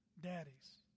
daddies